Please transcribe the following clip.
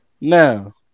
Now